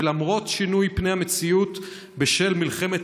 ולמרות שינוי פני המציאות בשל מלחמת